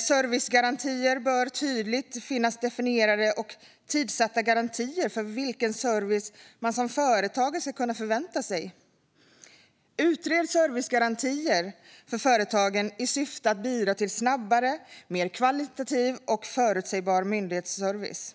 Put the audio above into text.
Servicegarantier bör tydligt finnas definierade, och det bör finnas tidsatta garantier för vilken service man som företagare ska kunna förvänta sig. Utred servicegarantier för företagen i syfte att bidra till snabbare, mer kvalitativ och förutsägbar myndighetsservice.